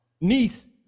niece